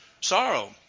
sorrow